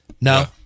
No